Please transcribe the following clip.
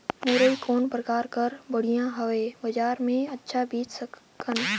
मुरई कौन प्रकार कर बढ़िया हवय? बजार मे अच्छा बेच सकन